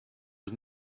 was